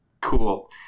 Cool